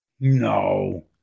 No